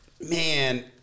man